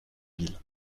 ville